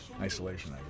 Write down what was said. isolation